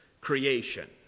creation